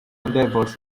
endeavors